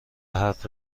حرف